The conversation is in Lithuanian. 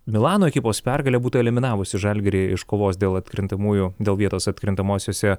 milano ekipos pergalė būtų eliminavusi žalgirį iš kovos dėl atkrintamųjų dėl vietos atkrintamosiose